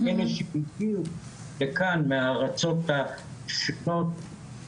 את אלה שהגיעו לכאן מארצות השונות,